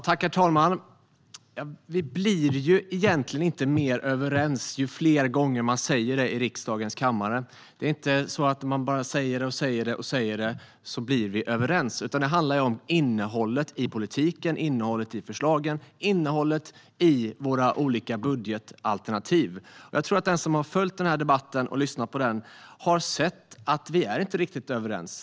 Herr talman! Vi blir inte mer överens ju fler gånger man säger något i riksdagens kammare. Det är inte så att något som sägs och sägs innebär att vi kommer överens. Det handlar om innehållet i politiken, i förslagen och i våra budgetalternativ. Den som har följt debatten har sett att vi inte är riktigt överens.